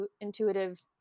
intuitive